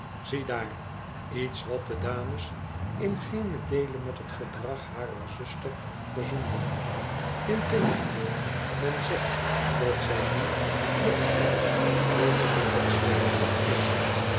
ziedaar iets wat de dames in geenen deele met t gedrag harer zuster verzoende integendeel men zegt dat zij nu nog eens zoo verbitterd schenen als vroeger